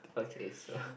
okay so